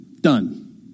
Done